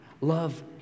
Love